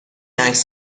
عکس